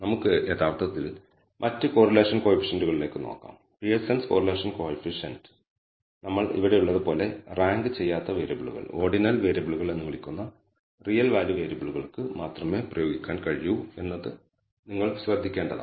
നമുക്ക് യഥാർത്ഥത്തിൽ മറ്റ് കോറിലേഷൻ കോയിഫിഷ്യന്റുകളിലേക്ക് നോക്കാം പിയേഴ്സന്റെ കോറിലേഷൻ കോയിഫിഷ്യന്റ് നമ്മൾ ഇവിടെയുള്ളത് പോലെ റാങ്ക് ചെയ്യാത്ത വേരിയബിളുകൾ ഓർഡിനൽ വേരിയബിളുകൾ എന്ന് വിളിക്കുന്ന റിയൽ വാല്യൂ വേരിയബിളുകൾക്ക് മാത്രമേ പ്രയോഗിക്കാൻ കഴിയൂ എന്നത് നിങ്ങൾ ശ്രദ്ധിക്കേണ്ടതാണ്